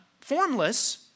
formless